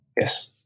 Yes